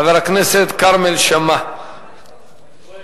חבר הכנסת כרמל שאמה-הכהן.